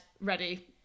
ready